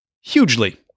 hugely